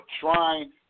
trying